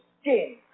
skin